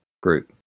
group